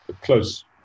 close